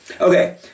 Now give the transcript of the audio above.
Okay